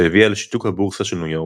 שהביאה לשיתוק הבורסה של ניו יורק,